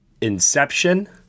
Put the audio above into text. Inception